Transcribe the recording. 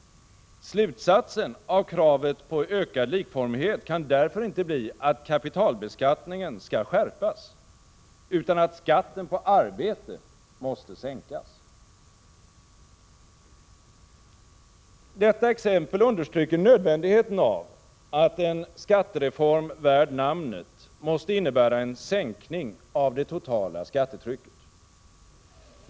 Slutsatsen av kravet på ökad likformighet kan därför inte bli att kapitalbeskattningen skall skärpas utan att skatten på arbete måste sänkas. Detta exempel understryker nödvändigheten av att en skattereform värd namnet måste innebära en sänkning av det totala skattetrycket.